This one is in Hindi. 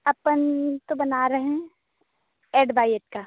हम तो बना रहे हैं एट बाई एट का